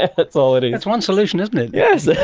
and that's all it is. that's one solution, isn't it! yes.